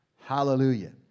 Hallelujah